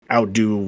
outdo